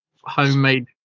Homemade